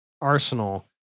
arsenal